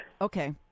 Okay